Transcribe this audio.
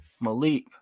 Malik